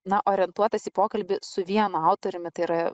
na orientuotas į pokalbį su vienu autoriumi tai yra